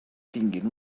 tinguin